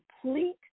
complete